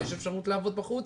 יש אפשרות לעבוד בחוץ,